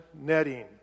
netting